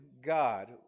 God